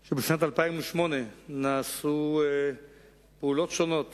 כי בשנת 2008 נעשו פעולות שונות